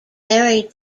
buried